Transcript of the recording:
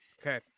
okay